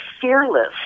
fearless